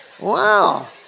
Wow